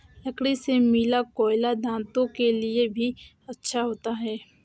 लकड़ी से मिला कोयला दांतों के लिए भी अच्छा होता है